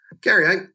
Gary